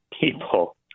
people